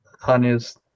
Honey's